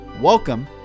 Welcome